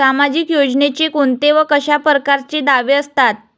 सामाजिक योजनेचे कोंते व कशा परकारचे दावे असतात?